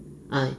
uh